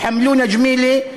בּיחמלונא ג'מילה,